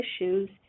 issues